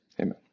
Amen